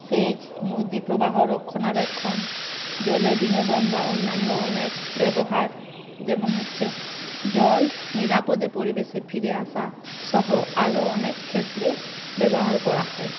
সেচ নদী প্রবাহ রক্ষণাবেক্ষণ জলে বিনোদন বা অন্যান্য অনেক ব্যবহার যেমন হচ্ছে জল নিরাপদে পরিবেশে ফিরে আসা সহ আরও অনেক ক্ষেত্রে ব্যবহার করা হয়